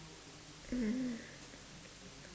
mm